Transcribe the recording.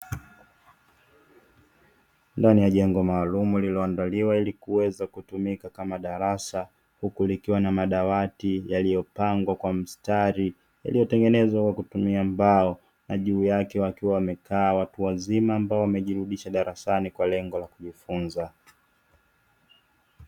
Ndani ya jengo maalumu lililoandaliwa ili kuweza kutumika kama darasa, huku likiwa na madawati yaliyopangwa kwa mstari yaliyotengenezwa kwa kutumia mbao na juu yake wamekaa watu wazima ambao wamejirudisha darasani kwa lengo la kujifunza.